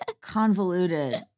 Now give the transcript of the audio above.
convoluted